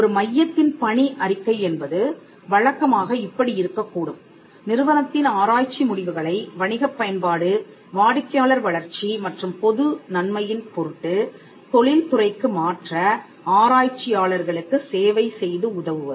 ஒரு மையத்தின் பணி அறிக்கை என்பது வழக்கமாக இப்படி இருக்கக் கூடும் நிறுவனத்தின் ஆராய்ச்சி முடிவுகளை வணிகப் பயன்பாடு வாடிக்கையாளர் வளர்ச்சி மற்றும் பொது நன்மையின் பொருட்டுத் தொழில் துறைக்கு மாற்ற ஆராய்ச்சியாளர்களுக்கு சேவை செய்து உதவுவது